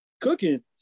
cooking